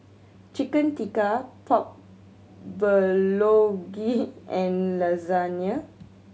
Chicken Tikka Pork Bulgogi and Lasagne